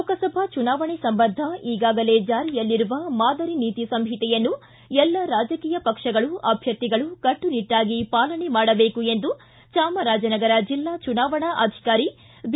ಲೋಕಸಭಾ ಚುನಾವಣೆ ಸಂಬಂಧ ಈಗಾಗಲೇ ಜಾರಿಯಲ್ಲಿರುವ ಮಾದರಿ ನೀತಿ ಸಂಹಿತೆಯನ್ನು ಎಲ್ಲಾ ರಾಜಕೀಯ ಪಕ್ಷಗಳು ಅಭ್ಯರ್ಥಿಗಳು ಕಟ್ಟುನಿಟ್ಟಾಗಿ ಪಾಲನೆ ಮಾಡಬೇಕು ಎಂದು ಚಾಮರಾಜನಗರ ಜಿಲ್ಲಾ ಚುನಾವಣಾಧಿಕಾರಿ ಬಿ